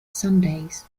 sundays